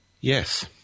Yes